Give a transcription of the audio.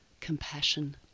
compassion